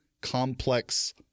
complex